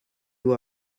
you